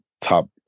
top